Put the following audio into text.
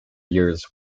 years